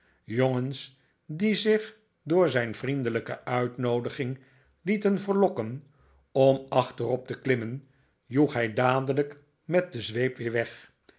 jongens die zich door zijn vriendelijke uitnoodiging lieten verlokken om achterop te klimmen joeg hij dadelijk met de zweep weer weg